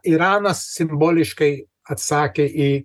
iranas simboliškai atsakė į